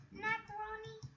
macaroni